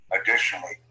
Additionally